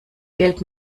geld